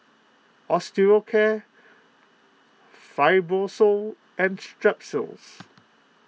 Osteocare Fibrosol and Strepsils